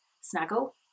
snuggle